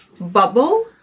bubble